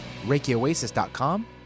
ReikiOasis.com